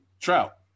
Trout